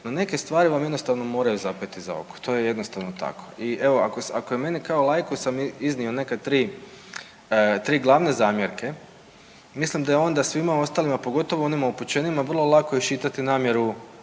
No neke stvari vam jednostavno moraju zapeti za oko, to je jednostavno tako. I evo ako je meni kao laiku sam iznio neke tri glavne zamjerke, mislim da je onda svima ostalima, pogotovo onima upućenijim vrlo lako iščitati namjeru